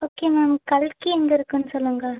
okay ma'am கல்கி எங்கே இருக்குன்னு சொல்லுங்கள்